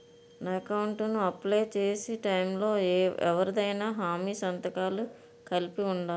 నా అకౌంట్ ను అప్లై చేసి టైం లో ఎవరిదైనా హామీ సంతకాలు కలిపి ఉండలా?